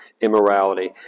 immorality